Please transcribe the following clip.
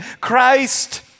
Christ